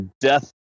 Death